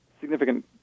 significant